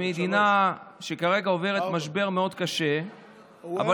מדינה שכרגע עוברת משבר קשה מאוד,